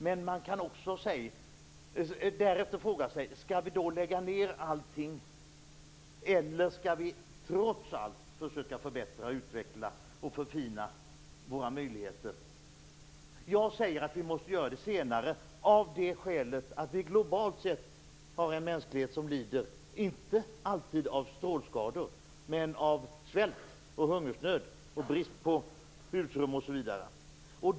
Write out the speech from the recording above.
Men man kan därefter fråga sig om vi då skall lägga ned allting eller om vi trots allt skall försöka att förbättra, utveckla och förfina våra möjligheter. Jag säger att vi måste göra det senare av det skälet att vi globalt sett har en mänsklighet som lider, inte alltid av strålskador men av svält, hungersnöd, brist på husrum osv.